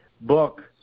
book